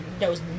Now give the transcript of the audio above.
knows